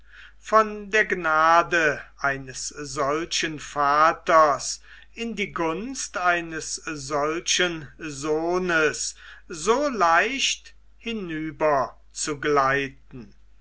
von der gnade eines solchen vaters in die gunst eines solchen sohnes so leicht